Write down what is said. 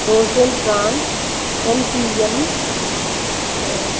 frozen prone M P M